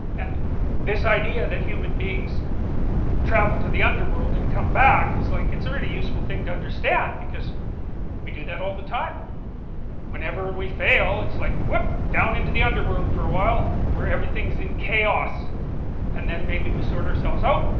and this idea that human beings travel to the underworld and come back like it's a really useful thing to understand because we do that all the time whenever we fail, it's like, whoop, down into the underworld for a while where everything is in chaos and then maybe we sort ourselves out